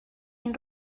این